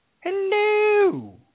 Hello